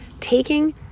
taking